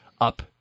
up